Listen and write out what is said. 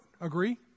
agree